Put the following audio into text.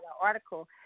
article